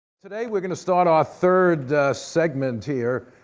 today we're going to start our third segment here,